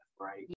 right